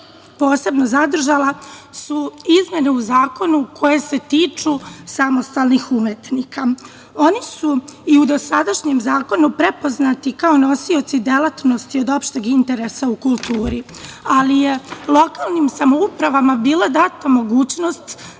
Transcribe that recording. posebno zadržala su izmene u zakonu koje se tiču samostalnih umetnika. Oni su i u dosadašnjem zakonu prepoznati kao nosioci delatnosti od opšteg interesa u kulturi, ali je lokalnim samoupravama bila data mogućnost